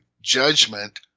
judgment